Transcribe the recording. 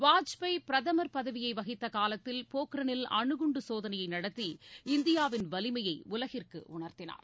வாஜ்பாய் பிரதம் பதவியை வகித்த காலத்தில் போன்ரானில் அனுகுண்டு சோதனையை நடத்தி இந்தியாவின் வலிமையை உலகிற்கு உணர்த்தினார்